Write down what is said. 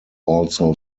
also